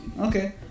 Okay